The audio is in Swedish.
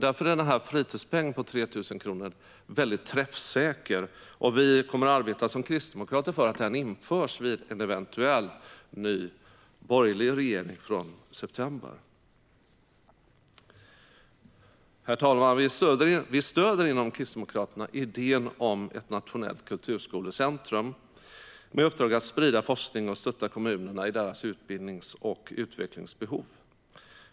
Därför är fritidspengen på 3 000 kronor träffsäker. Vi kristdemokrater kommer att arbeta för att fritidspengen införs vid en eventuell ny borgerlig regering från september. Herr talman! Vi kristdemokrater stöder idén om ett nationellt kulturskolecentrum med uppdrag att sprida forskning och stötta kommunerna i deras utbildnings och utvecklingsbehov.